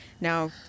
Now